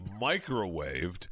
microwaved